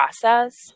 process